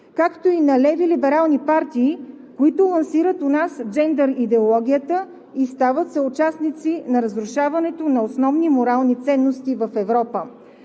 както и на леви либерални партии, които лансират у нас джендър идеологията и стават съучастници в разрушаването на основни морални ценности в Европа.